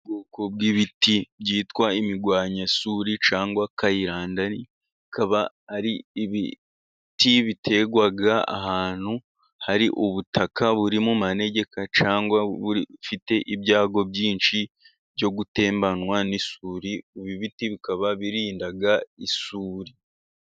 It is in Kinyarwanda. Ubwoko bw'ibiti byitwa imirwanyasuri cyangwa kayirandari, bikaba ari ibiti biterwa ahantu hari ubutaka buri mu manegeka cyangwa bufite ibyago byinshi byo gutembanwa n'isuri. Ibi ibiti bikaba birinda isuri.